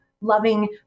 loving